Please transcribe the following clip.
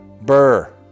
Burr